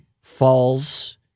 falls